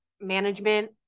management